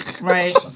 right